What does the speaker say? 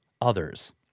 others